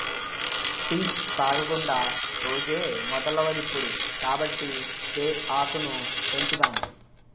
tea తాగకుండా రోజే మొదలవదిప్పుడు కాబట్టి తేయాకును పెంచుదాం